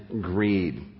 greed